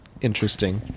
interesting